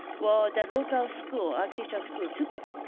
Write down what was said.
well, the local school, architectural school took it.